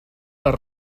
les